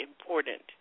important